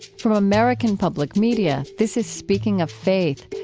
from american public media, this is speaking of faith,